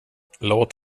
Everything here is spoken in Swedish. låt